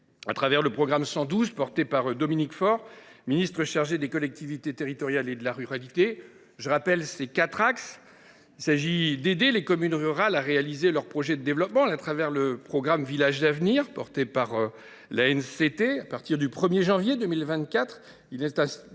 à travers le programme 112 porté par Dominique Faure, ministre déléguée, chargée des collectivités territoriales et de la ruralité. Je vous en rappelle les quatre axes. Premièrement, il s’agit d’aider les communes rurales à réaliser leurs projets de développement au travers du programme Villages d’avenir porté par l’ANCT. À partir du 1 janvier 2024, l’agence